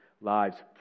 lives